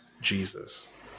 Jesus